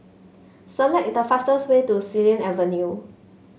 select the fastest way to Xilin Avenue